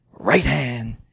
right hand,